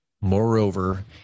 Moreover